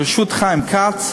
בראשות חיים כץ,